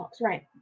Right